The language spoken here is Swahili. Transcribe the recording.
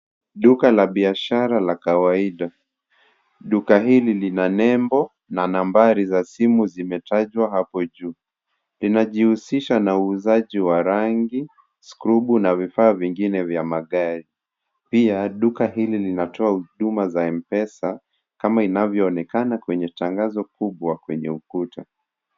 Duka la biashara la kawaida, duka hili lina nembo na nambari za simu zimetajwa hapo juu, linajihusisha na uuzaji wa rangi, skrobo na vifaa vingine vya magari, pia duka hili linatoa huduma za M-pesa, kama inavyoonekana kwenye tangazo kubwa kwenye ukuta.